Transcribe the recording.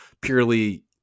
purely